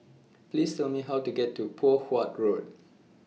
Please Tell Me How to get to Poh Huat Road